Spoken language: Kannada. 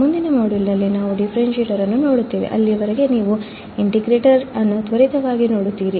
ಮುಂದಿನ ಮಾಡ್ಯೂಲ್ನಲ್ಲಿ ನಾವು ಡಿಫರೆನ್ಷಿಯೇಟರ್ ಅನ್ನು ನೋಡುತ್ತೇವೆ ಅಲ್ಲಿಯವರೆಗೆ ನೀವು ಇಂಟಿಗ್ರೇಟರ್ ಅನ್ನು ತ್ವರಿತವಾಗಿ ನೋಡುತ್ತೀರಿ